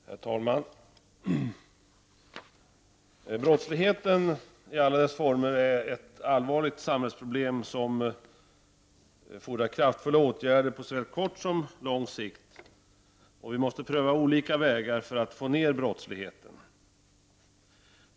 Herr talman! Brottsligheten i alla dess former är ett allvarligt samhällsproblem som fordrar kraftfulla åtgärder på såväl kort som lång sikt. Vi måste pröva olika vägar för att få ner brottsligheten.